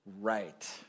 right